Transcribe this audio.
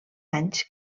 anys